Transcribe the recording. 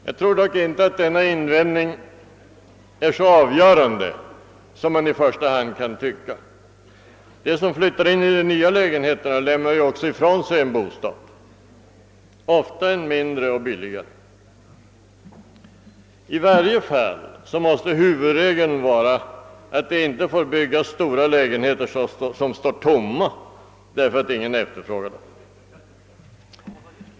Jag tror dock inte att denna invändning är så avgörande som man kan tycka till att börja med. De som flyt tar in i de nya lägenheterna lämnar också ifrån sig en bostad, ofta mindre och billigare än den nya. I varje fall måste huvudregeln vara att det inte får byggas stora lägenheter som står tomma, därför att det inte är någon efterfrågan.